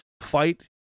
Fight